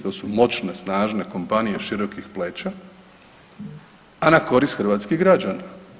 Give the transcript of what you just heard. To su moćne, snažne kompanije širokih pleća a na korist hrvatskih građana.